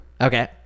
Okay